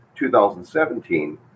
2017